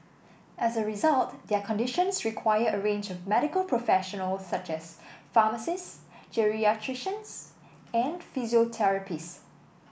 as a result their conditions require a range of medical professionals such as pharmacists geriatricians and physiotherapists